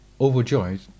Overjoyed